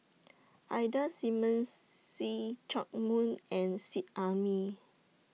Ida Simmons See Chak Mun and Seet Ai Mee